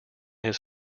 his